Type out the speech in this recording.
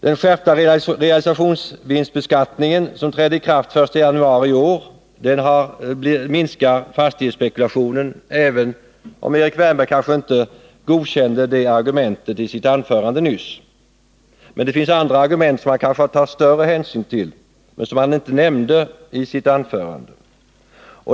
Den skärpta realisationsvinstbeskattning som trädde i kraft den 1 januari i år har minskat fastighetsspekulationen, även om Erik Wärnberg kanske inte godkände det argumentet i sitt anförande nyss. Men det finns andra argument som han kanske har tagit större hänsyn till men som han inte nämnde i sitt anförande.